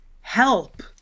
help